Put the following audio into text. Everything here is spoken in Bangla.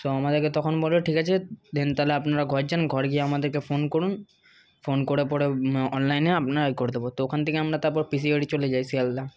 তো আমাদেরকে তখন বললো ঠিক আছে দেন তাহলে আপনারা ঘর যান ঘর গিয়ে আমাদেরকে ফোন করুন ফোন করে পরে অনলাইনে আপনার করে দেবো তো ওখান থেকে আমরা তারপর পিসির বাড়ি চলে যাই শিয়ালদা